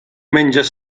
menges